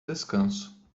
descanso